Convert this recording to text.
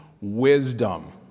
wisdom